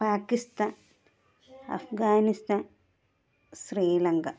Pakistan Afghanistan Sri Lanka